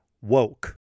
woke